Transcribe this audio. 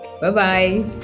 Bye-bye